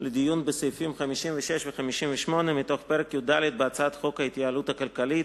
לדיון בסעיפים 56 ו-58 מתוך פרק י"ד בהצעת חוק ההתייעלות הכלכלית